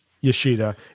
Yoshida